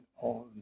on